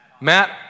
Matt